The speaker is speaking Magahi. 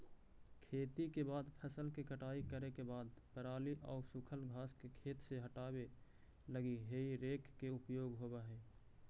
खेती के बाद फसल के कटाई करे के बाद पराली आउ सूखल घास के खेत से हटावे लगी हेइ रेक के उपयोग होवऽ हई